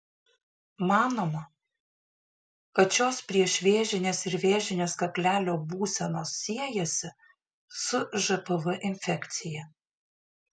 manoma kad šios priešvėžinės ir vėžinės kaklelio būsenos siejasi su žpv infekcija